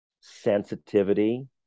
sensitivity